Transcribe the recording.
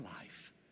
life